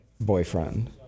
boyfriend